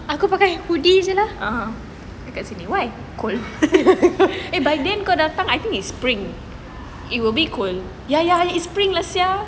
(uh huh) dekat sini why cold ah by then kau datang I think he spring it will be cold